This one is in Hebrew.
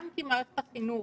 גם כי מערכת החינוך